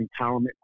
empowerment